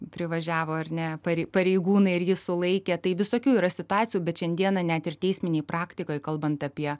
privažiavo ar ne parei pareigūnai ir jį sulaikė tai visokių yra situacijų bet šiandieną net ir teisminėj praktikoj kalbant apie